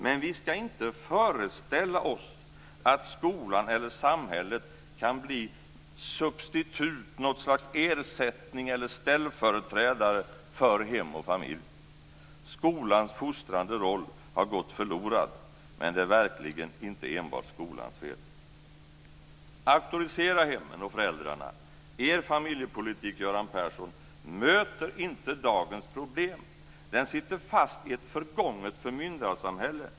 Men vi ska inte föreställa oss att skolan eller samhället kan bli substitut, något slags ersättning eller ställföreträdare, för hem och familj. Skolans fostrande roll har gått förlorad, men det är verkligen inte enbart skolans fel. Auktorisera hemmen och föräldrarna! Er familjepolitik möter inte dagens problem, Göran Persson. Den sitter fast i ett förgånget förmyndarsamhälle.